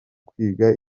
kwiga